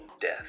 death